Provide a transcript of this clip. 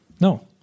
No